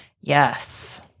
Yes